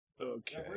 Okay